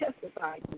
testify